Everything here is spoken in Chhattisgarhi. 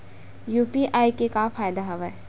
यू.पी.आई के का फ़ायदा हवय?